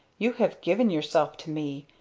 you have given yourself to me!